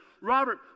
Robert